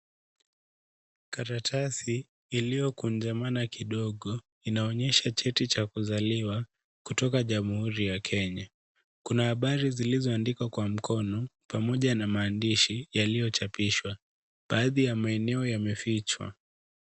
Karatasi iliyokunajamana kidogo inaonyesha cheti cha kuzaliwa kutoka Jamhuri ya Kenya. Kuna habari zilizoandikwa kwa mkono pamoja na maandishi yaliyochapishwa. Baadhi ya maeneo yamefichwa.